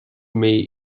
may